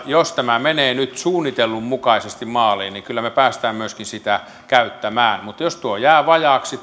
jos tämä menee nyt suunnitellun mukaisesti maaliin niin kyllä me pääsemme myöskin sitä käyttämään mutta jos tuo yhteiskuntasopimus jää vajaaksi